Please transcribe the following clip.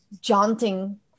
jaunting